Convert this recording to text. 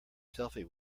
selfie